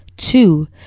Two